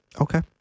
Okay